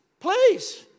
Please